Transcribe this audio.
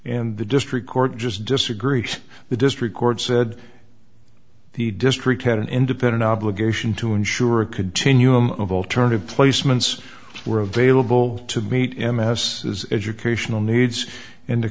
in the district court just disagree the district court said the district had an independent obligation to ensure a continuum of alternative placements were available to meet emmaus educational needs and to